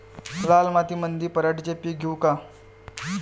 लाल मातीमंदी पराटीचे पीक घेऊ का?